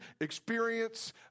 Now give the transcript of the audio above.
experience